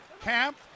Camp